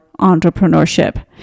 entrepreneurship